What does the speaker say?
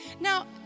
now